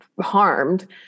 harmed